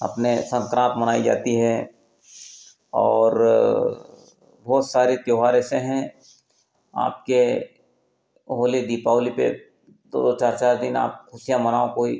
अपने संक्रांति मनाई जाती है और बहुत सारे त्योहार ऐसे हैं आपके होली दीपावली पर दो दो चार चार दिन आप खुशियाँ मनाओ कोई